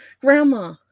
grandma